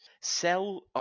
Sell